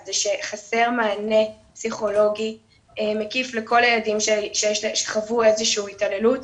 זה שחסר מענה פסיכולוגי מקיף לכל הילדים שחוו איזה שהוא התעללות,